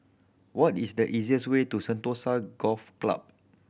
what is the easiest way to Sentosa Golf Club